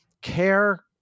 care